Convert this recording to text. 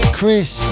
Chris